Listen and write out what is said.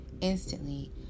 Instantly